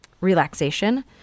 relaxation